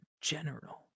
General